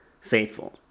faithful